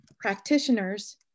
practitioners